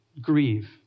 Grieve